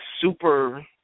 super